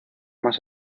más